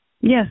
Yes